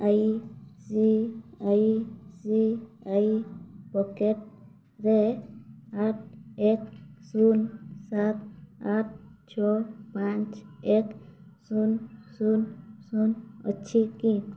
I C I C I ପକେଟ୍ରେ ଆଠ ଏକ ଶୂନ ସାତ ଆଠ ଛଅ ପାଞ୍ଚ ଏକ ଶୂନ ଶୂନ ଶୂନ ଅଛି କି